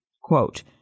Quote